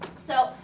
so,